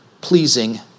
pleasing